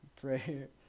prayer